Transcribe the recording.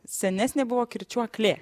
senesnė buvo kirčiuoklė